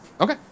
Okay